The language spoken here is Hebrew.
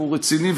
והוא רציני,